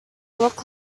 look